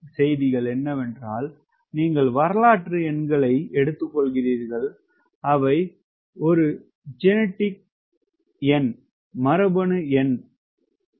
செய்திகள் நீங்கள் வரலாற்று எண்களை எடுத்துக்கொள்கிறீர்கள் அவை மரபணு எண் 0